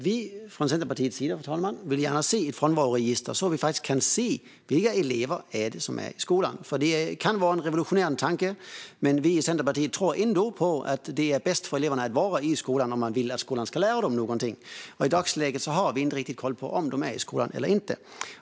Vi från Centerpartiets sida, fru talman, vill gärna se ett frånvaroregister så att man kan se vilka elever som faktiskt är i skolan. Det kan vara en revolutionerande tanke, men vi i Centerpartiet tror ändå på att det är bäst för eleverna att vara i skolan om man vill att skolan ska lära dem någonting. I dagsläget har vi inte riktigt koll på om de är i skolan eller inte.